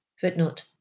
footnote